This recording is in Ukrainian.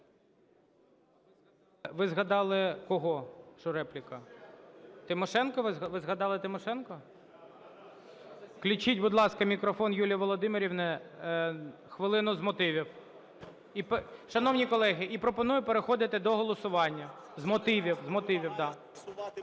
Ви згадали Тимошенко? (Шум у залі) Включіть, будь ласка, мікрофон Юлії Володимирівні. Хвилина з мотивів. Шановні колеги, і пропоную переходити до голосування. З мотивів, з